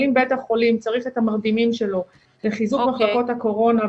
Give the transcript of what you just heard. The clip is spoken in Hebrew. אבל אם בית החולים צריך את המרדימים שלו לחיזוק מחלקות הקורונה,